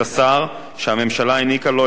העניקה לו את הסמכות לבצע חוק זה,